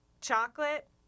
chocolate